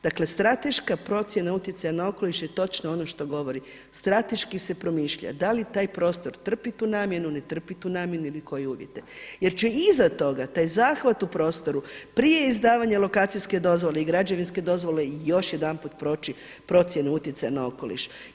Dakle, strateška procjena utjecaja na okoliš je točno ono što govori, strateški se premišlja da li taj prostor trpi tu namjenu, ne trpi tu namjenu ili koje uvjete jer će iza toga taj zahvat u prostoru prije izdavanja lokacijske dozvole i građevinske dozvole još jedanput proći procjenu utjecaja na okoliš.